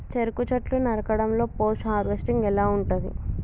చెరుకు చెట్లు నరకడం లో పోస్ట్ హార్వెస్టింగ్ ఎలా ఉంటది?